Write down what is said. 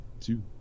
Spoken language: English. two